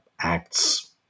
acts